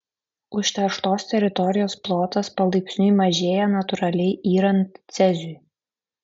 užterštos teritorijos plotas palaipsniui mažėja natūraliai yrant ceziui